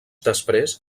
després